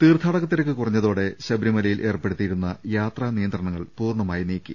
തീർത്ഥാടക തിരക്ക് കുറഞ്ഞതോടെ ശബരിമലയിൽ ഏർപ്പെ ടുത്തിയിരുന്ന യാത്രാ നിയന്ത്രണങ്ങൾ പൂർണ്ണമായി നീക്കി